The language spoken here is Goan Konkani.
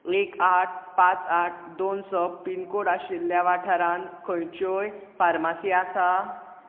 एक आठ पांच आट दोन स पिनकोड आशिल्ल्या वाठारांत खंयच्योय फार्मासी आसात